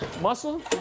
Muscle